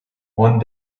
one